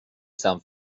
san